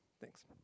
thanks